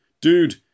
Dude